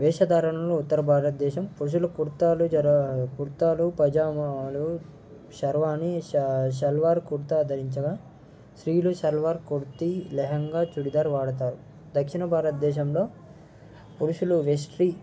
వేషధారణలు ఉత్తర భారతదేశం పురుషులు కుర్తాలు కుర్తాలు పైజామాలు షేర్వాణి షల్వార్ కుర్తా ధరించగా స్త్రీలు షల్వార్ కుర్తీ లెహంగా చుడిదార్ వాడతారు దక్షిణ భారతదేశంలో పురుషులు వెస్టి